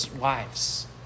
wives